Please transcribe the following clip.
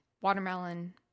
Watermelon